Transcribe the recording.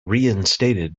reinstated